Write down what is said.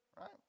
right